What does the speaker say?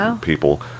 people